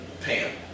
pan